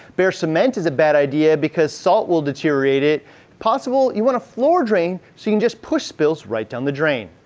bare cement is a bad idea because salt will deteriorate it. if possible, you want a floor drain so you can just push spills right down the drain.